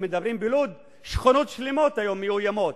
אם מדברים בלוד, שכונות שלמות היום מאוימות.